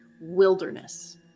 wilderness